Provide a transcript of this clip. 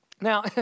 Now